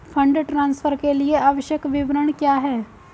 Fund transfer के लिए आवश्यक विवरण क्या हैं?